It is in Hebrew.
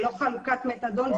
זה לא חולקת מתדון,